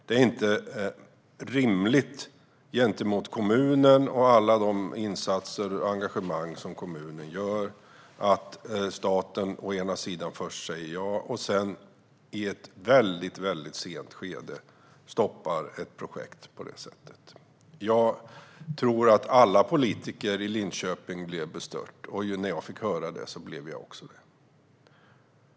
Det är inte rimligt gentemot kommunen och dess insatser och engagemang att staten först säger ja till ett projekt och sedan, i ett väldigt sent skede, stoppar det. Jag tror att alla politiker i Linköping blev bestörta, och när jag fick höra om det blev jag också det.